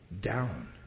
down